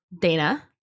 Dana